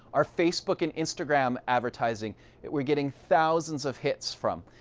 our facebook and instagram advertising we're getting thousands of hits from.